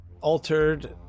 altered